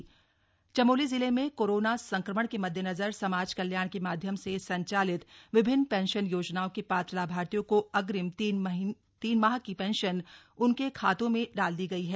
pension Chamoli Chamoli जिले में corona संक्रमण के मद्देनजर समाज कल्याण के माध्यम से संचालित विभिन्न पेंशन योजनाओं के पात्र लाभार्थियों को अग्रिम तीन माह की पेंशन उनके खातों में डाल दी गई है